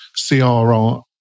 CRR